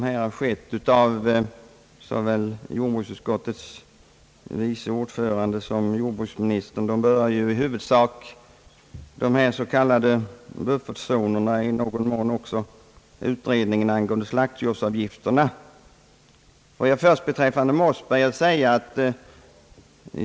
Herr talman! Såväl jordbruksutskottets vice ordförande som jordbruksministern berörde i sina inlägg huvudsakligen de s.k. buffertzonerna och i någon mån också utredningen angående slaktdjursavgifterna.